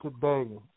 today